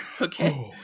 Okay